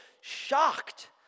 shocked